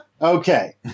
Okay